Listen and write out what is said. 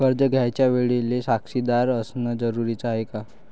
कर्ज घ्यायच्या वेळेले साक्षीदार असनं जरुरीच हाय का?